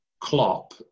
Klopp